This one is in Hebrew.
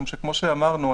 משום שכמו שאמרנו,